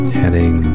heading